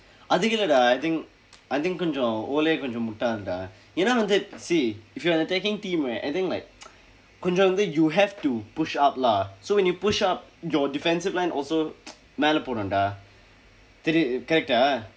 அதுக்கு இல்லை:athukku illai dah I think I think கொஞ்சம்:konjsam ole கொஞ்ச முட்டாள்:konjsa mutdaal dah ஏனா வந்து:eenaa vandthu see if you are the attacking team right and then like கொஞ்சம் வந்து:konjsam vandthu you have to push up lah so when you push up your defensive line also மேல போனும்:mela ponum dah தெரியுது:theryuthu correct ah